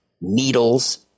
needles